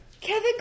Kevin